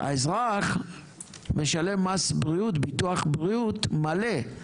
האזרח משלם מס בריאות, ביטוח בריאות, מלא.